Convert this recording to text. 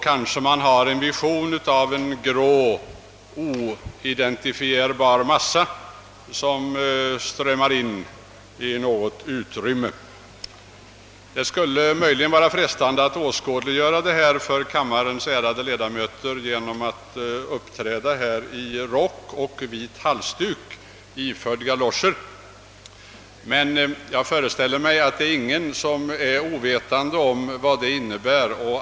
Kanske man har en vision av en grå, oidentifierbar massa, som strömmar in i något utrymme. Det skulle kunna vara frestande att åskådliggöra detta för kammarens ärade ledamöter genom att uppträda i rock och vit halsduk samt iförd galoscher, men jag föreställer mig att ingen är ovetande om vad det innebär.